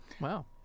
wow